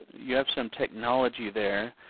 you have some technology there,